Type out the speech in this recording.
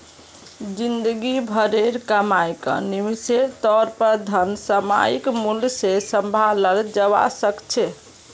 जिंदगी भरेर कमाईक निवेशेर तौर पर धन सामयिक मूल्य से सम्भालाल जवा सक छे